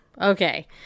Okay